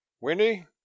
Winnie